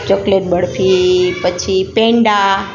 chocolate barfi પછી પેંડા